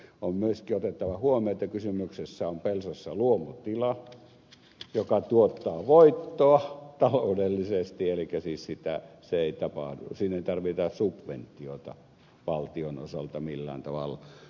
on myöskin otettava huomioon että kysymyksessä on pelsossa luomutila joka tuottaa voittoa taloudellisesti elikkä siinä ei tarvita subventiota valtion osalta millään tavalla